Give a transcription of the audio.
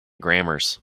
grammars